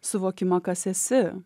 suvokimą kas esi